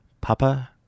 Papa